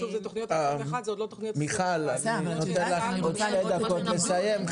חבר'ה, תנו למיכל לסיים.